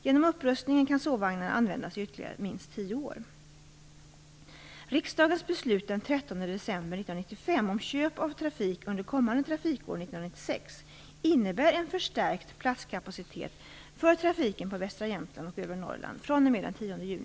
Genom upprustningen kan sovvagnarna användas i ytterligare minst 10 år.